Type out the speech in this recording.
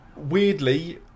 Weirdly